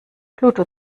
pluto